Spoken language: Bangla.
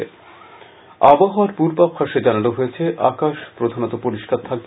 আবহাওয়া আবহাওয়ার পূর্বাভাসে জানানো হয়েছে আকাশ প্রধানত পরিষ্কার থাকবে